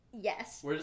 Yes